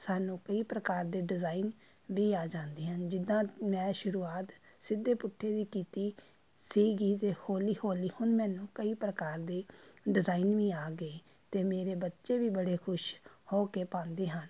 ਸਾਨੂੰ ਕਈ ਪ੍ਰਕਾਰ ਦੇ ਡਿਜ਼ਾਈਨ ਵੀ ਆ ਜਾਂਦੇ ਹਨ ਜਿੱਦਾਂ ਮੈਂ ਸ਼ੁਰੂਆਤ ਸਿੱਧੇ ਪੁੱਠੇ ਦੀ ਕੀਤੀ ਸੀਗੀ ਅਤੇ ਹੌਲੀ ਹੌਲੀ ਹੁਣ ਮੈਨੂੰ ਕਈ ਪ੍ਰਕਾਰ ਦੇ ਡਿਜ਼ਾਈਨ ਵੀ ਆ ਗਏ ਅਤੇ ਮੇਰੇ ਬੱਚੇ ਵੀ ਬੜੇ ਖੁਸ਼ ਹੋ ਕੇ ਪਾਉਂਦੇ ਹਨ